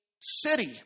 city